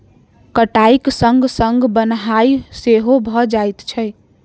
कटाइक संग संग बन्हाइ सेहो भ जाइत छै